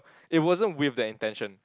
it wasn't with that intention